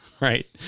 right